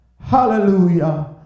Hallelujah